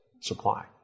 supply